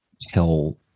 tell –